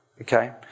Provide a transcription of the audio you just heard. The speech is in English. Okay